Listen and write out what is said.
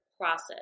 process